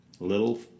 Little